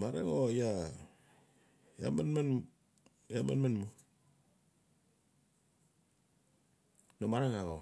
Marang o iaa manman mu. no marang axau